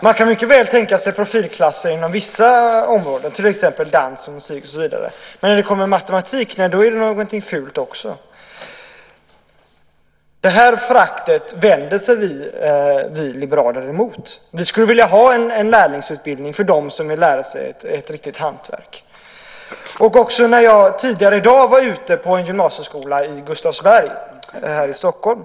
Man kan mycket väl tänka sig profilklasser inom vissa områden, till exempel dans och musik. Men när det handlar om matematik är det någonting fult. Det här föraktet vänder vi liberaler oss mot. Vi skulle vilja ha en lärlingsutbildning för dem som vill lära sig ett riktigt hantverk. Jag var tidigare i dag ute på en gymnasieskola i Gustavsberg här i Stockholm.